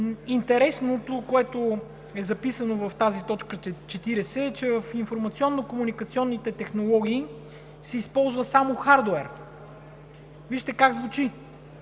Интересното, което е записано в тази т. 40, е, че в информационно-комуникационните технологии се използва само „хардуер“. Вижте как звучи: